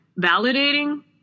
validating